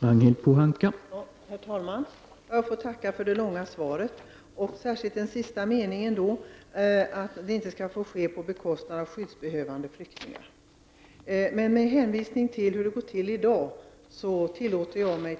Bakgrunden till frågan är dels regeringens beslut i december om att tilllämpa regeln om särskilda skäl i utlänningslagen, dels invandrarverkets beslut nu i mars att med omedelbar verkställighet avvisa somliga asylsökande som kommit